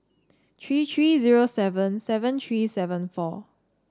three three zero seven seven three seven four